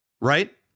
right